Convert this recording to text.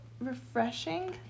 refreshing